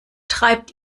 treibt